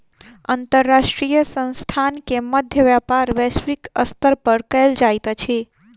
अंतर्राष्ट्रीय संस्थान के मध्य व्यापार वैश्विक स्तर पर कयल जाइत अछि